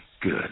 Good